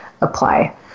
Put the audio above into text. apply